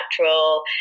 natural